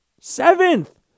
Seventh